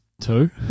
two